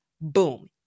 Boom